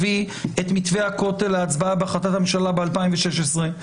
הביא את מתווה הכותל להצבעה בהחלטת הממשלה ב-2016,